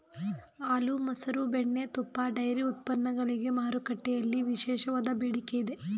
ಹಾಲು, ಮಸರು, ಬೆಣ್ಣೆ, ತುಪ್ಪ, ಡೈರಿ ಉತ್ಪನ್ನಗಳಿಗೆ ಮಾರುಕಟ್ಟೆಯಲ್ಲಿ ವಿಶೇಷವಾದ ಬೇಡಿಕೆ ಇದೆ